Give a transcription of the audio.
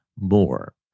more